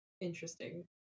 interesting